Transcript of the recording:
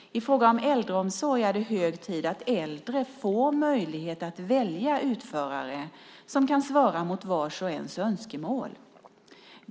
I fråga om äldreomsorg är det hög tid att äldre får möjlighet att välja utförare som kan svara mot vars och ens önskemål.